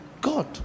God